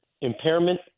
impairment